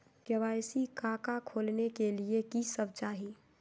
KYC का का खोलने के लिए कि सब चाहिए?